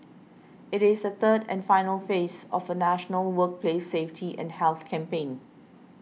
it is the third and final phase of a national workplace safety and health campaign